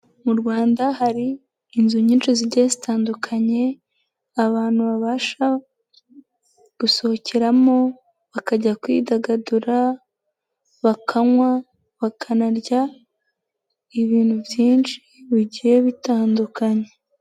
Mu rwanda hari inzu nyinshi zigiye zitandukanye, abantu babasha gusohokeramo bakajya kwidagadura, bakanywa, bakanarya, ibintu byinshi bigiye bitandukanye.